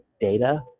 data